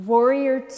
Warrior